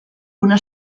una